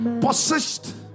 Possessed